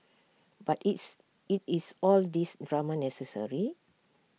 but is IT is all these drama necessary